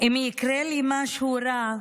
אם יקרה לי משהו רע,